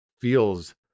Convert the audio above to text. feels